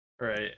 right